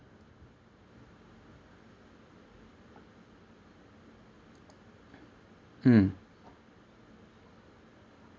mm